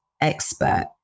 expert